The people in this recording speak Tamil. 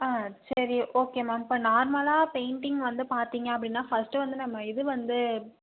சரி ஓகே மேம் இப்போ நார்மலாக பெயிண்டிங் வந்து பார்த்திங்க அப்படினா பர்ஸ்ட்டு வந்து நம்ம இது வந்து